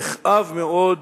יכאב מאוד